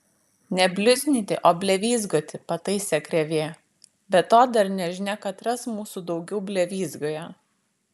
ne bliuznyti o blevyzgoti pataise krėvė be to dar nežinia katras mūsų daugiau blevyzgoja